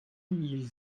mille